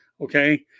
Okay